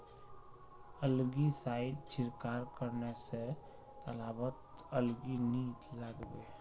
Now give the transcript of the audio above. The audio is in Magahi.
एलगी साइड छिड़काव करने स तालाबत एलगी नी लागबे